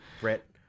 Brett